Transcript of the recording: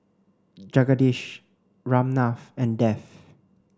Jagadish Ramnath and Dev